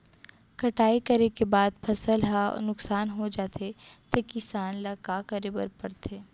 कटाई करे के बाद फसल ह नुकसान हो जाथे त किसान ल का करे बर पढ़थे?